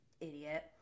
Idiot